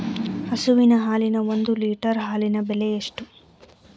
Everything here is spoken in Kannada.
ಹಸುವಿನ ಹಾಲಿನ ಒಂದು ಲೀಟರ್ ಹಾಲಿನ ಬೆಲೆ ಎಷ್ಟು?